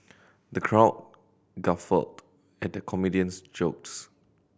the crowd guffawed at the comedian's jokes